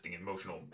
emotional